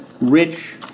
rich